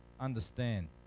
understand